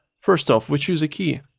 first off we choose a key.